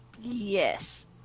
Yes